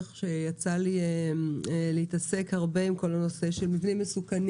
כך שיצא לי להתעסק הרבה עם כל הנושא של מבנים מסוכנים.